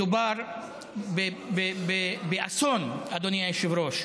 מדובר באסון, אדוני היושב-ראש.